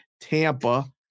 Tampa